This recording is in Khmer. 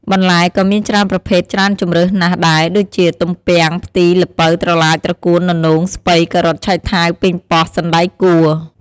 បន្លែក៏មានច្រើនប្រភេទច្រើនជម្រើសណាស់ដែរ ដូចជា ទំពាំង ផ្ទី ល្ពៅ ត្រឡាច ត្រកួន ននោង ស្ពៃ ការ៉ុត ឆៃថាវ ប៉េងប៉ោះ សណ្តែកគួរ។